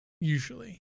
usually